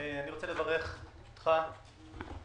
אני רוצה לברך אותך אופיר.